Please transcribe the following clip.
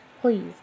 Please